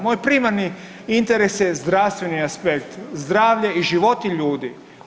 Moj primarni interes je zdravstven aspekt, zdravlje i životi ljudi.